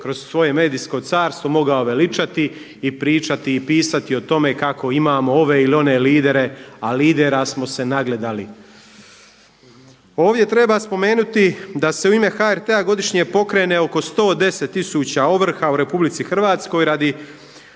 kroz svoje medijsko carstvo mogao veličati i pričati i pisati o tome kako imamo ove ili one lidere, a lidera smo se nagledali. Ovdje treba spomenuti da se u ime HRT-a godišnje pokrene oko 110 tisuća ovrha u RH radi